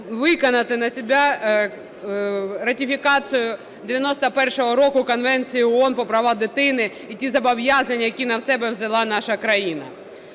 виконати для себе ратифікацію 91-го року Конвенцію ООН про права дитини і ті зобов'язання, які на себе взяла наша країна.